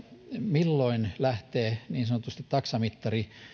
milloin lähtee niin sanotusti taksamittari